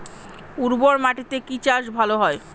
উর্বর মাটিতে কি চাষ ভালো হয়?